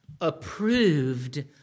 approved